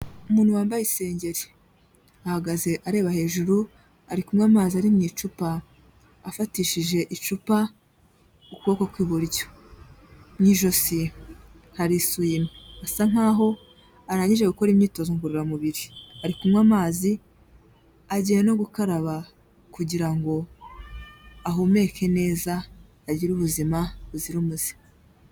Umuntu wambaye isengeri, ahagaze areba hejuru, ari kunywa amazi ari mu icupa afatishije icupa ukuboko kw'iburyo, mu iijosi hari isume, asa nkaho arangije gukora imyitozo ngororamubiri, ari kunywa amazi, agiye no gukaraba kugira ngo ahumeke neza agire ubuzima buzira umuze.